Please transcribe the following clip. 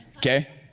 okay?